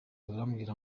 barambwira